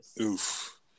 Oof